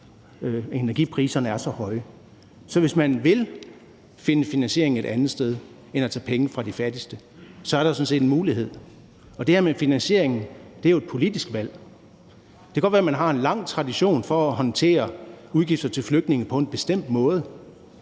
energipriserne er så høje. Så hvis man vil finde finansiering et andet sted end at tage penge fra de fattigste, er der sådan set en mulighed for det. Og det her med finansieringen er jo et politisk valg. Det kan godt være, at man har en lang tradition for at håndtere udgifter til flygtninge på en bestemt måde,